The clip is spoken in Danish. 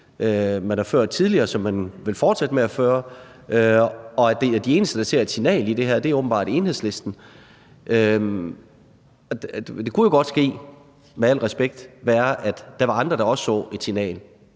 man har ført tidligere, som man vil fortsætte med at føre, og de eneste, der ser signalet i det her, er åbenbart Enhedslisten. Men på den anden side kunne det jo godt være – med al respekt – at der var andre, der også så et signal